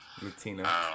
latina